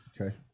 Okay